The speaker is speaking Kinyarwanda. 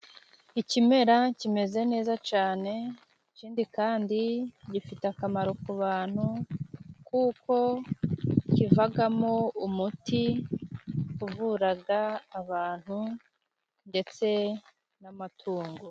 Ikimera kimeze neza cane ikindi kandi gifite akamaro ku bantu kuko kivagamo umuti uvuruga abantu ndetse n'amatungo.